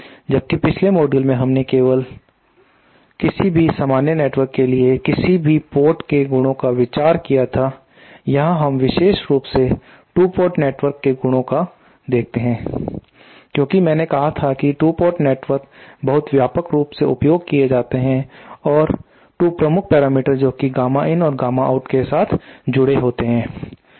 जबकि पिछले मॉड्यूल में हमने केवल मैं हमने केवल किसी भी सामान्य नेटवर्क के लिए किसी भी पोर्ट के गुणों का विचार किया था यहां हम विशेष रूप से 2 पोर्ट नेटवर्क के गुणों को देखते हैं क्योंकि मैंने कहा था कि 2 पोर्ट नेटवर्क बहुत व्यापक रूप से उपयोग किया जाते हैं और 2 प्रमुख पैरामीटर्स जोकि गामा in और गामा आउट के साथ जुड़े होते हैं